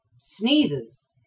Sneezes